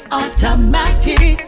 automatic